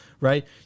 right